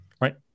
right